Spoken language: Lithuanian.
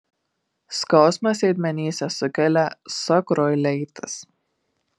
skausmą sėdmenyse sukelia sakroileitas